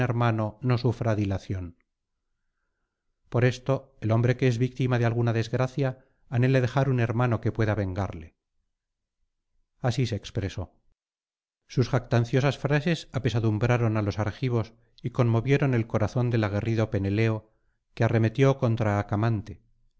no sufra dilación por esto el hombre que es víctima de alguna desgracia anhela dejar un hermano que pueda vengarle así se expresó sus jactanciosas frases apesadumbraron á los argivos y conmovieron elxorazón del aguerrido peneleo que arremetió contra